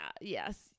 yes